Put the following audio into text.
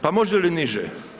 Pa može li niže?